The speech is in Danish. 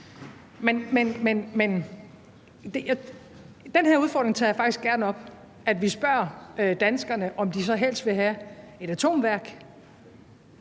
Men den her udfordring tager jeg faktisk gerne op, altså at vi spørger danskerne, om de så helst vil have et atomkraftværk